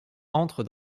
entre